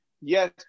Yes